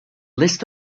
list